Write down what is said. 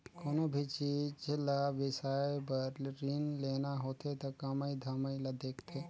कोनो भी चीच ल बिसाए बर रीन लेना होथे त कमई धमई ल देखथें